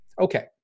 Okay